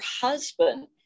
husband